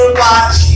watch